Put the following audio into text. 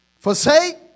Forsake